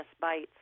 bites